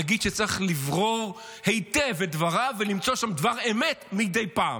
נגיד שצריך לברור היטב את דבריו ולמצוא שם דבר אמת מדי פעם.